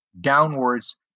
downwards